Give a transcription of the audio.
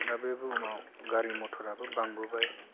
दा बे बुहुमाव गारि मटराबो बांबोबाय